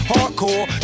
Hardcore